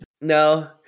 No